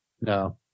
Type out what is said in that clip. No